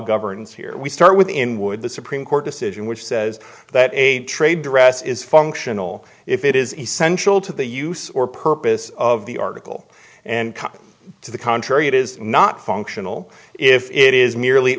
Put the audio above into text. governs here we start with in would the supreme court decision which says that a trade dress is functional if it is essential to the use or purpose of the article and to the contrary it is not functional if it is merely